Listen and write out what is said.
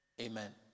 Amen